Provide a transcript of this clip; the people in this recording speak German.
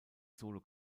solo